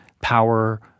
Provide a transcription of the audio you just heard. power